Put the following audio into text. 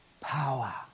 power